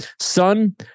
son